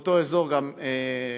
באותו אזור גם פורים,